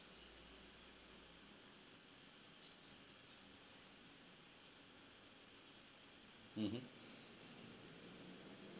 mmhmm